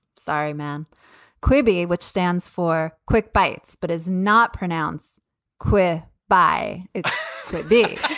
sorry, man quimby, which stands for quick bites but is not pronounce queer by b